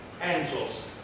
angels